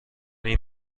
این